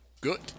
good